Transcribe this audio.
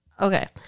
Okay